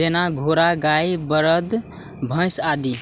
जेना घोड़ा, गाय, बरद, भैंस आदि